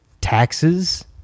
taxes